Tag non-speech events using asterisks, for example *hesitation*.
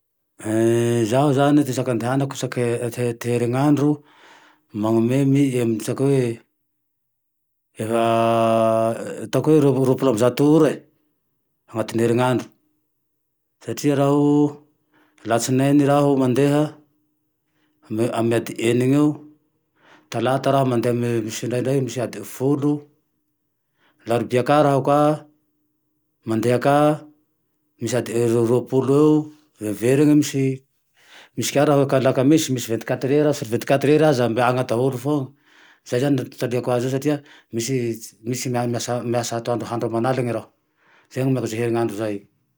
*hesitation* izaho zane ty isaky andehanako, isan-ke te-te-ty heren'andro, manome eo amy isaky hoe *hesitation* atao hoe eo amin'ny roampolo amy zato ora, anatin'ny herin'andro, satria raho latsinainy raho mandeha eo amy adiny enine eo, talata raho mandeha misy ndraindray mety adiny folo, larobia ka raho ka mandeha ka misy ady roapolo eo, miveriny misy, misy ka raho alakamisy vingt quatre heure sur vingt quatre heure aza mbe agne daholo fôna, zay zane nitotaliako aze io satria misy, misy miasa miasa atoandro aman'aligny raho zay anomeko aze herin'andro zay io